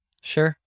Sure